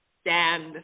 stand